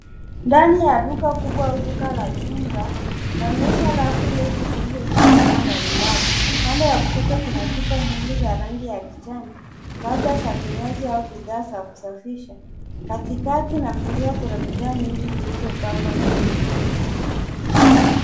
Ndani ya duka kubwa au duka la jumla inaonyesha rafu refu zilizojaa bidhaa mbali mbali. Upande wa kushoto kuna chupa nyingi za rangi ya kijani labda za vinywaji au bidhaa za kusafisha. Katikati na kulia kuna bidhaa nyingi zilizo pangwa vizuri.